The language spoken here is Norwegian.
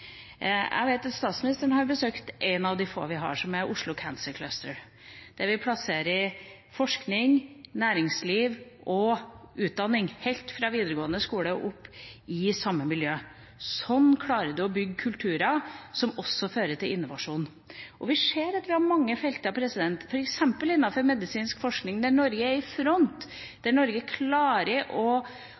Jeg vet at statsministeren har besøkt et av de få vi har, Oslo Cancer Cluster, der vi plasserer forskning, næringsliv og utdanning helt fra videregående skole og opp i samme miljø. Sånn klarer man å bygge kulturer som også fører til innovasjon. Vi ser at vi har mange felter f.eks. innenfor medisinsk forskning der Norge er i front, der Norge klarer å finne forskere og forskningsresultat som vi i